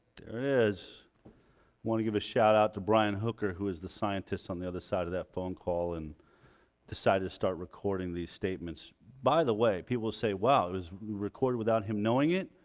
there is want to give a shout-out to brian hooker who is the scientists on the other side of that phone call and decided to start recording these statements by the way people say wow it was recorded without him knowing it